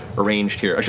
arranged here. actually,